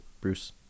Bruce